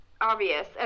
obvious